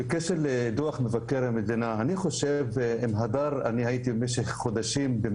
בקשר לדוח מבקר המדינה: אני הייתי בשיח עם הדר כל הזמן במשך חודשים.